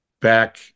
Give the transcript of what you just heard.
Back